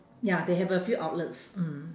ya they have a few outlets mm